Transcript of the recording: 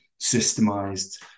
systemized